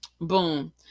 boom